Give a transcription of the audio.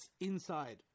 inside